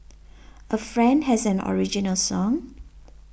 a friend has an original song